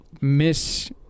miss